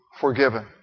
forgiven